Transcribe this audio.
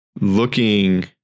looking